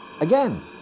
again